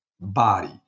Body